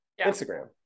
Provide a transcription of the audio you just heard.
Instagram